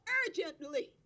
urgently